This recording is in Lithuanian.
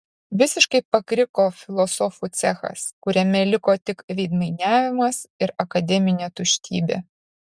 visiškai pakriko filosofų cechas kuriame liko tik veidmainiavimas ir akademinė tuštybė